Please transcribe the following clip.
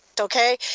Okay